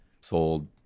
sold